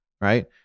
Right